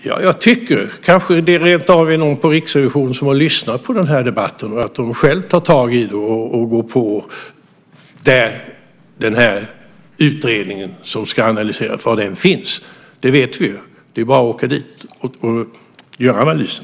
Fru talman! Det kanske rentav är någon på Riksrevisionen som har lyssnat på den här debatten och själv tar tag i det och går till den utredning som ska analyseras. Vi vet ju var den finns. Det är bara att åka dit och göra analysen.